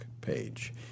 page